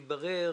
התברר